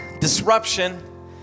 disruption